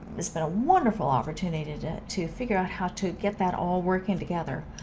has been a wonderful opportunity to to figure out how to get that all working together.